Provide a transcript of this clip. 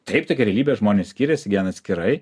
taip tokia realybė žmonės skiriasi gyvena atskirai